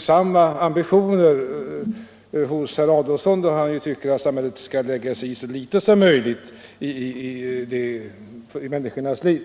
Samma ambitioner finns inte hos herr Adolfsson, som tycker att samhället skall lägga sig så litet som möjligt i människornas liv.